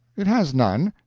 it has none.